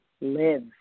live